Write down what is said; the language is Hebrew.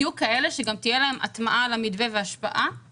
יהיו כאלה שגם תהיה להם הטמעה והשפעה על המתווה.